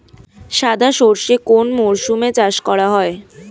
সাদা সর্ষে কোন মরশুমে চাষ করা হয়?